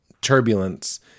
turbulence